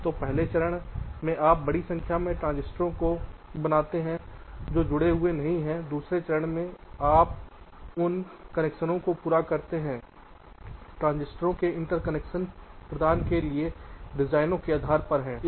तो पहले चरण में आप बड़ी संख्या में ट्रांज़िस्टरों को बनाते हैं जो जुड़े नहीं हैं दूसरे चरण में आप उन कनेक्शनों को पूरा करते हैं ट्रांज़िस्टरों के इंटरकनेक्शन प्रदान किए गए डिजाइनों के आधार पर है